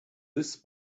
this